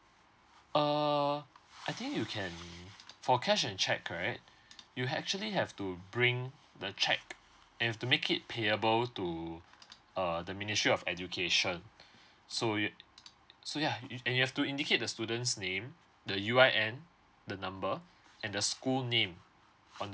uh I think you can for cash and cheque right you actually have to bring the cheque if to make it payable to uh the ministry of education so you so yeah and you have to indicate the student's name the U I N the number and the school name on